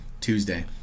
Tuesday